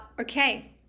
okay